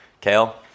Kale